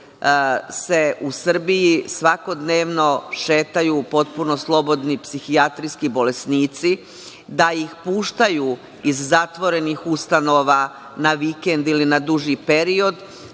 se u Srbiji svakodnevno šetaju potpuno slobodni psihijatrijski bolesnici, da ih puštaju iz zatvorenih ustanova na vikend ili na druži period,